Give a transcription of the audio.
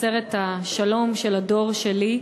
עצרת השלום של הדור שלי,